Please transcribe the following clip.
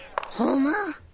homer